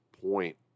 point